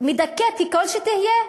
מדכאת ככל שתהיה,